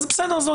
אז בסדר,